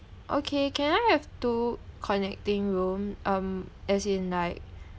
okay can I have two connecting room um as in like